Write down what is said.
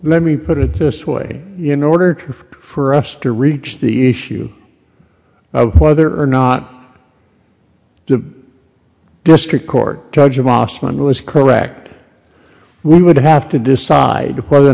memory put it this way in order for us to reach the issue of whether or not the district court judge of mosman was correct we would have to decide whether or